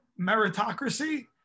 meritocracy